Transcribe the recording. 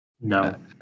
No